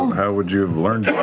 um how would you have learned